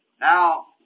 Now